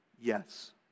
yes